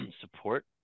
support